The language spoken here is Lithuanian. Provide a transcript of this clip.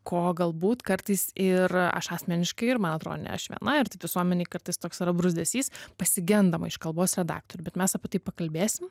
ko galbūt kartais ir aš asmeniškai ir man atrodo ne aš viena ir taip visuomenėj kartais toks yra bruzdesys pasigendama iš kalbos redaktorių bet mes apie tai pakalbėsim